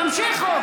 תמשיכו,